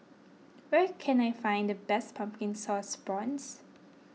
where can I find the best Pumpkin Sauce Prawns